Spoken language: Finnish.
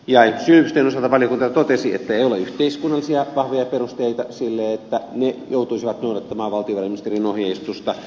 syy yhteyksien osalta valiokunta totesi että ei ole yhteiskunnallisia vahvoja perusteita sille että ne joutuisivat noudattamaan valtiovarainministeriön ohjeistusta